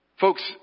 Folks